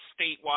statewide